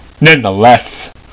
Nonetheless